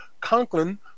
Conklin